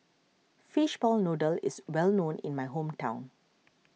Fishball Noodle is well known in my hometown